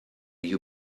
you